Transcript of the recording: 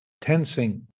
tensing